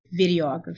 videography